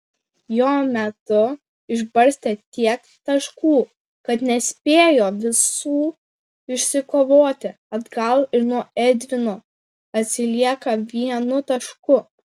jo metu išbarstė tiek taškų kad nespėjo visų išsikovoti atgal ir nuo edvino atsilieka vienu tašku